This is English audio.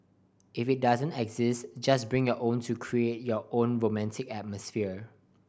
if it doesn't exist just bring your own to create your own romantic atmosphere